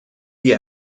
wir